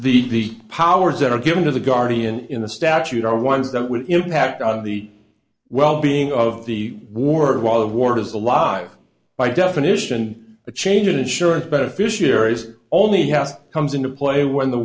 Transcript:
the the powers that are given to the guardian in the statute are ones that will impact on the well being of the war while the war is a law by definition a change in insurance beneficiary's only has comes into play when the